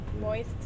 Moist